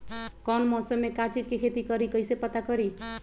कौन मौसम में का चीज़ के खेती करी कईसे पता करी?